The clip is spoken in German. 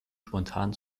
spontan